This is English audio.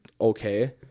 okay